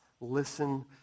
listen